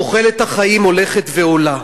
תוחלת החיים הולכת ועולה,